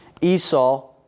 Esau